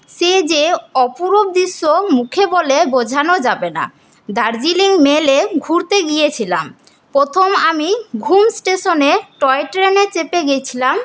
সে যে অপরূপ দৃশ্য মুখে বলে বোঝানো যাবে না দার্জিলিং মেলে ঘুরতে গিয়েছিলাম প্রথম আমি ঘুম স্টেশনে ট্রয়ট্রেনে চেপে গিয়েছিলাম